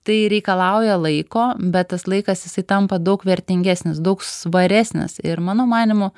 tai reikalauja laiko bet tas laikas jisai tampa daug vertingesnis daug svaresnis ir mano manymu